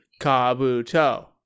Kabuto